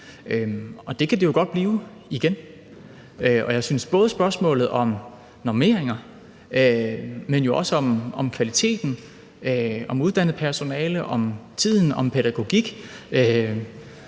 og det kan det jo godt blive igen. Og jeg synes, at det både er et spørgsmål om normeringer, men også et spørgsmål om uddannet personale, om tiden, om pædagogik.